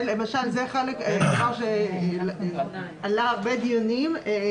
זה עלה בהרבה דיונים.